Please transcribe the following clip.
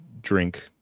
drink